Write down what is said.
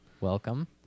Welcome